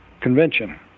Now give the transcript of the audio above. convention